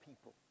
people